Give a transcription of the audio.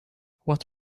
what